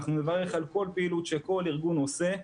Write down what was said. אנחנו נברך על כל פעילות שכל ארגון עושה,